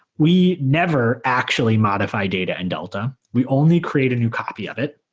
we never actually modify data in delta. we only create a new copy of it.